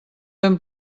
ben